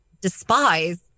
despise